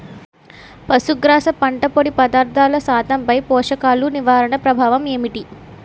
పశుగ్రాస పంట పొడి పదార్థాల శాతంపై పోషకాలు నిర్వహణ ప్రభావం ఏమిటి?